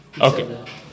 Okay